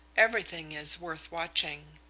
everything is worth watching.